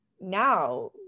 Now